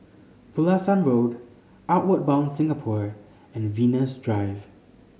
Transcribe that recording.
Pulasan Road Outward Bound Singapore and Venus Drive